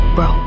Bro